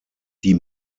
die